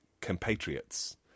compatriots